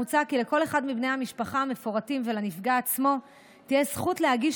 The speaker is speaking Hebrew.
מוצע כי לכל אחד מבני המשפחה המפורטים ולנפגע עצמו תהיה זכות להגיש